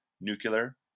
nuclear